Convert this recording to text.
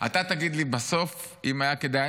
בסוף אתה תגיד לי אם היה כדאי.